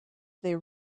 they